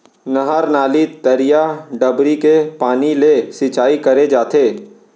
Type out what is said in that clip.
नहर, नाली, तरिया, डबरी के पानी ले सिंचाई करे जाथे